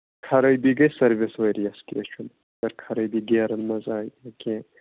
خرٲبی گژھِ سٔروِس ؤریَس کیٚنہہ چھُنہٕ اَگر خرٲبی گیرَن منٛز آیہِ یا کیٚنہہ